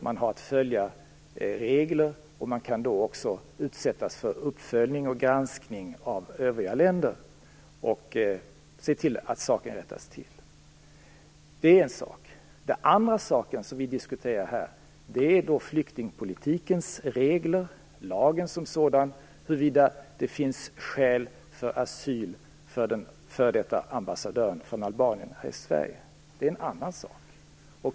Man har att följa regler, och man kan då också utsättas för uppföljning och granskning av övriga länder, och man kan få se till att saken rättas till. Det är en sak. Den andra saken som vi diskuterar här är flyktingpolitikens regler, lagen som sådan och huruvida det finns skäl för asyl för den före detta ambassadören från Albanien här i Sverige. Det är en annan sak.